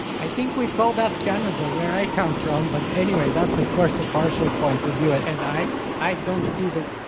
i think we call that canada, where i come from, but anyway, that's of course a partial point of view and i i don't see the.